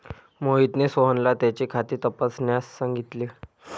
मोहितने सोहनला त्याचे खाते तपासण्यास सांगितले